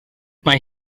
mae